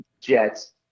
Jets